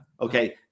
Okay